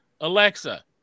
Alexa